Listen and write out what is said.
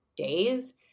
Days